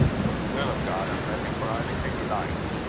for the will o' god, i'm ready for onything he likes.